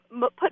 put